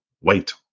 wait